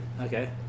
Okay